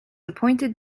appointed